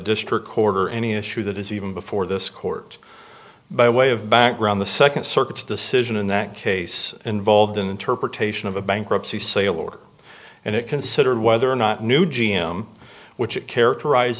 district court or any issue that is even before this court by way of background the second circuit decision in that case involved an interpretation of a bankruptcy sale order and it considered whether or not new g m which it characterize